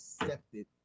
accepted